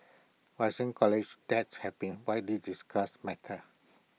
rising college debt have been widely discussed matter